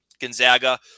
Gonzaga